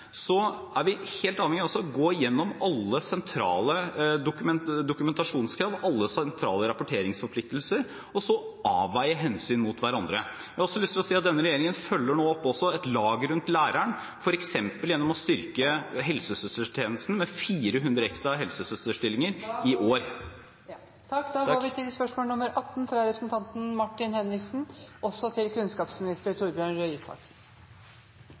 Så er vi også helt avhengig av å gå gjennom alle sentrale dokumentasjonskrav, alle sentrale rapporteringsforpliktelser, og så avveie hensyn mot hverandre. Jeg har også lyst til å si at denne regjeringen nå følger opp et lag rundt læreren, f.eks. gjennom å styrke helsesøstertjenesten med 400 ekstra helsesøsterstillinger i år.